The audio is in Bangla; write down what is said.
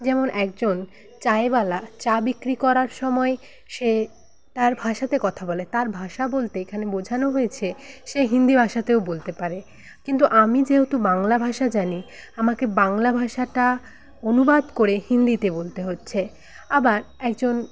যেমন একজন চা ওয়ালা চা বিক্রি করার সময় সে তাঁর ভাষাতে কথা বলে তাঁর ভাষা বলতে এখানে বোঝানো হয়েছে সে হিন্দি ভাষাতেও বলতে পারে কিন্তু আমি যেহেতু বাংলা ভাষা জানি আমাকে বাংলা ভাষাটা অনুবাদ করে হিন্দিতে বলতে হচ্ছে আবার একজন